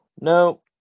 No